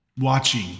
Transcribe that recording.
watching